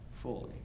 fully